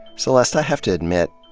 celeste, i have to admit,